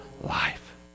life